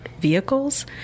vehicles